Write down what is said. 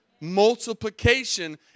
Multiplication